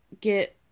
get